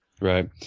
Right